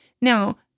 Now